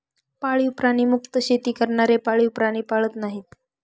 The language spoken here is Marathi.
पाळीव प्राणी मुक्त शेती करणारे पाळीव प्राणी पाळत नाहीत